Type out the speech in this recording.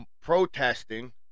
protesting